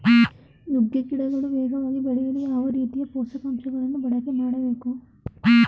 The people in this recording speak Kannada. ನುಗ್ಗೆ ಗಿಡಗಳು ವೇಗವಾಗಿ ಬೆಳೆಯಲು ಯಾವ ರೀತಿಯ ಪೋಷಕಾಂಶಗಳನ್ನು ಬಳಕೆ ಮಾಡಬೇಕು?